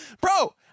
Bro